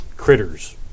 Critters